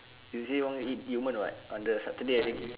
you say want eat yumen [what] on the saturday I think